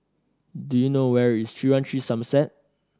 do you know where is Three One Three Somerset